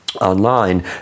online